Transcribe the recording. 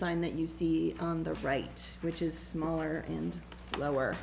sign that you see on the right which is smaller and lower